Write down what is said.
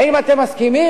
האם אתם מסכימים?